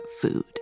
food